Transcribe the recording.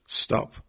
stop